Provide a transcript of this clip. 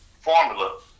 formula